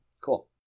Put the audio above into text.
cool